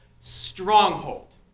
stronghold